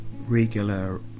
regular